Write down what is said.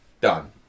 done